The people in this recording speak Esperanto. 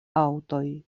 aŭtoj